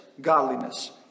godliness